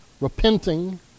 repenting